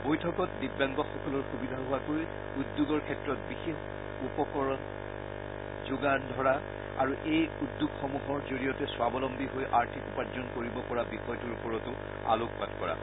বৈঠকত দিব্যাংগসকলৰ সুবিধা হোৱাকৈ উদ্যোগৰ ক্ষেত্ৰত বিশেষ উপকৰণৰ যোগান ধৰা আৰু এই উদ্যোগসমূহৰ জৰিয়তে স্বাৱলম্বী হৈ আৰ্থিক উপাৰ্জন কৰিব পৰা বিষয়টোৰ ওপৰতো আলোকপাত কৰা হয়